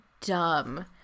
dumb